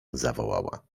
zawołała